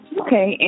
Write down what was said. okay